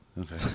Okay